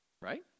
Right